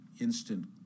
instant